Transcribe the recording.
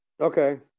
Okay